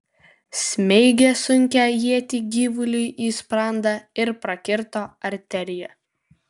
smeigė sunkią ietį gyvuliui į sprandą ir prakirto arteriją